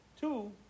two